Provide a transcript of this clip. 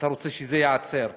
ואתה רוצה שזה ייעצר,